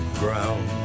ground